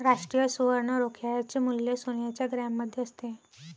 राष्ट्रीय सुवर्ण रोख्याचे मूल्य सोन्याच्या ग्रॅममध्ये असते